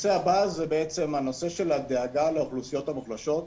הנושא הבא הוא הנושא של הדאגה לאוכלוסיות המוחלשות.